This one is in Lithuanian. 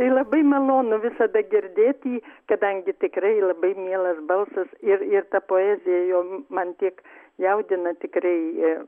tai labai malonu visada girdėt jį kadangi tikrai labai mielas balsas ir ir ta poezija jo man tiek jaudina tikrai